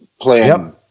playing